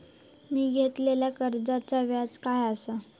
मी घेतलाल्या कर्जाचा व्याज काय आसा?